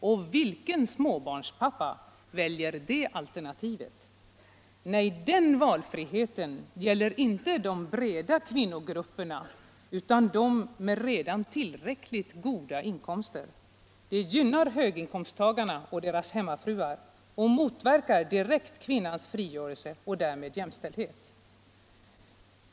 Och vilken småbarnspappa väljer det alternativet? Nej, den valfriheten gäller inte de breda kvinnogrupperna utan de grupper som redan har tillräckligt goda inkomster. Den gynnar höginkomsttagare och deras hemmafruar och motverkar direkt kvinnans frigörelse och därmed jämställdheten.